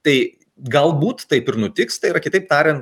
tai galbūt taip ir nutiks tai yra kitaip tariant